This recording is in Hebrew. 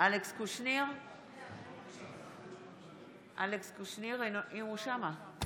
אלכס קושניר, נגד יואב קיש, בעד